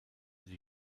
die